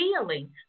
feeling